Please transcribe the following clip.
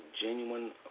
genuine